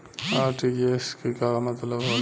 RTGS के का मतलब होला?